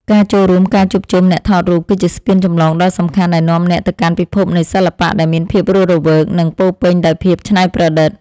ការចូលរួមការជួបជុំអ្នកថតរូបគឺជាស្ពានចម្លងដ៏សំខាន់ដែលនាំអ្នកទៅកាន់ពិភពនៃសិល្បៈដែលមានភាពរស់រវើក និង ពោរពេញដោយភាពច្នៃប្រឌិត។